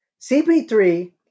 CP3